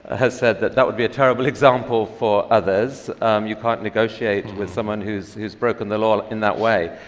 has said that that would be a terrible example for others you can't negotiate with someone who's who's broken the law in that way.